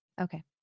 Okay